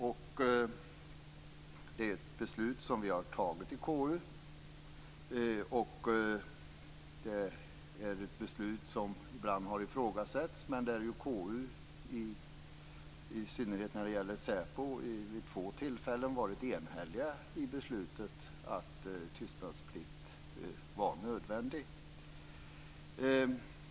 Det är ett beslut som vi har tagit i KU och ett beslut som ibland har ifrågasatts. Men i synnerhet när det gäller säpo har KU vid två tillfällen enhälligt beslutat om att tystnadsplikt varit nödvändigt.